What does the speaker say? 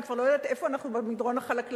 אני כבר לא יודעת איפה אנחנו במדרון החלקלק,